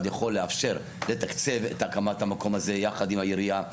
יכול לאפשר לתקצב את הקמת המקום הזה יחד עם העירייה,